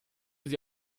sie